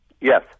Yes